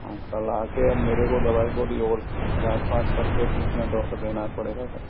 हाँ कल आ के मेरे को दवाई गोली और जाँच वांच करके ट्रीटमेंट और देना पड़ेगा सर